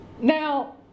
Now